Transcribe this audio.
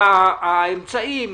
והאמצעים,